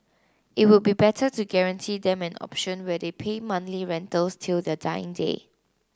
it would be better to guarantee them an option where they pay monthly rentals till their dying day